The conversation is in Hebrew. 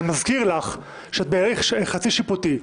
אני מזכיר לך שאת בהליך חצי שיפוטי,